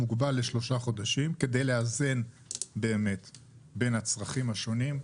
מוגבל לשלושה חודשים, כדי לאזן בין הצרכים השונים,